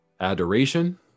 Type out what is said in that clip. Adoration